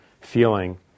feeling